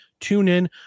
TuneIn